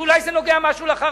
שאולי זה נוגע משהו לחרדים.